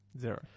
Zero